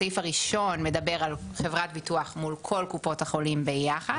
הסעיף הראשון מדבר על חברת ביטוח מול כל קופות החולים ביחד.